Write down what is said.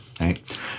right